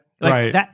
Right